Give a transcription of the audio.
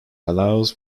allows